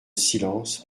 silence